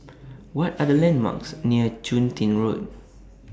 What Are The landmarks near Chun Tin Road